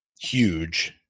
huge